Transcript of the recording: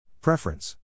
Preference